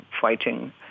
fighting